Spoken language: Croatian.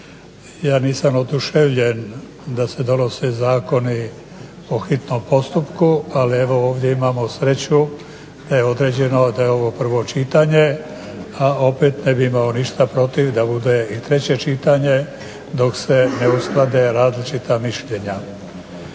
Ja nisam oduševljen da se donose zakoni po hitnom postupku, ali evo ovdje imamo sreću da je određeno, da je ovo prvo čitanje a opet ne bih imao ništa protiv da bude i treće čitanje dok se ne usklade različita mišljenja.